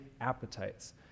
appetites